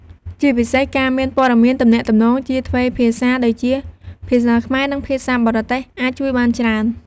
ជាពិសេស ការមានព័ត៌មានទំនាក់ទំនងជាទ្វេភាសា ដូចជា ភាសាខ្មែរ និងភាសាបរទេស អាចជួយបានច្រើន។